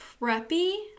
preppy